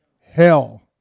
hell